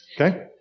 Okay